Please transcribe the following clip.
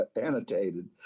annotated